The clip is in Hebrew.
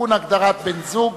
אנחנו